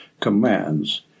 commands